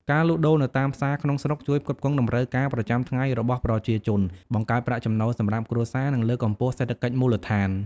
ការលក់ដូរនៅតាមផ្សារក្នុងស្រុកជួយផ្គត់ផ្គង់តម្រូវការប្រចាំថ្ងៃរបស់ប្រជាជន បង្កើតប្រាក់ចំណូលសម្រាប់គ្រួសារ និង លើកកម្ពស់សេដ្ឋកិច្ចមូលដ្ឋាន។